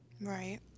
Right